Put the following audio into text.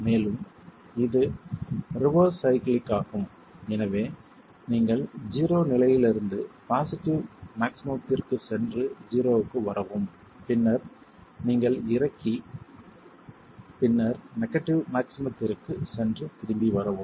மேலும் இது reverse cyclic ஆகும் எனவே நீங்கள் 0 நிலையிலிருந்து பாசிட்டிவ் மாக்ஸிமம்த்திற்குச் சென்று 0 க்கு வரவும் பின்னர் நீங்கள் இறக்கி பின்னர் நெகடிவ் மாக்ஸிமம்த்திற்குச் சென்று திரும்பி வரவும்